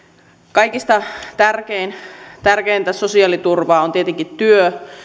kaikista tärkeintä sosiaaliturvaa on tietenkin työ